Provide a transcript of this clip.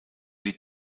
die